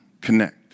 connect